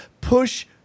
push